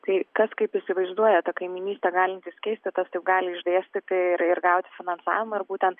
tai kas kaip įsivaizduoja tą kaimynystę galintys keisti kas kaip gali išdėstyti ir ir gauti finansavimą ir būtent